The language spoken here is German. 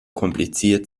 kompliziert